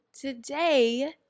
today